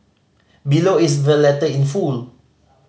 below is the letter in full